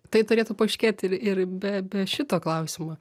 tai turėtų paaiškėti ir ir be be šito klausimo